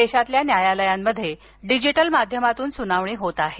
देशातल्या न्यायालयांमध्ये डिजिटल माध्यमातून सुनावणी होत आहे